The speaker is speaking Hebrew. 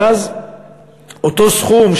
ואז אותו סכום,